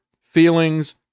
feelings